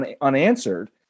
unanswered